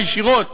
הישירות,